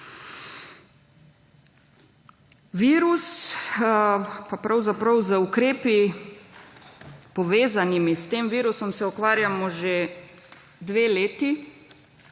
Virus pa pravzaprav z ukrepi povezanimi, s tem virusom se ukvarjamo že dve leti,